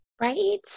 Right